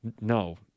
No